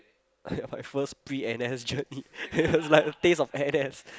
yeah my first pre N_S journey it's like a taste of N_S